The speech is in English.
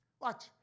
Watch